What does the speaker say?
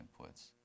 inputs